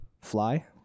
Fly